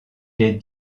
est